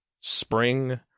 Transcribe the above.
Spring